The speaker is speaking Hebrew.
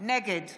נגד